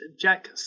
Jack